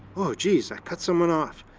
oh, jeez, i cut someone off.